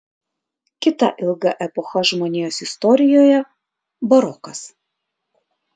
kita ilga epocha žmonijos istorijoje barokas